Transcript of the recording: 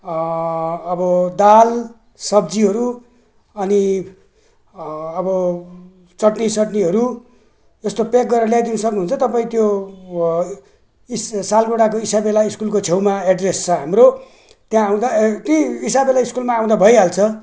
अब दाल सब्जीहरू अनि अब चटनी सटनीहरू यस्तो पेक गरेर ल्याइदिन सक्नुहुन्छ तपाईँ त्यो इस सालुगडाको इसाबेला स्कुलको छेउमा एड्रेस छ हाम्रो त्यहां आउँदा त्यहीँ इसाबेला स्कुलमा आउँदा भइहाल्छ